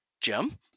Jim